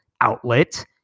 outlet